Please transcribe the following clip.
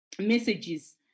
messages